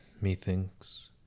methinks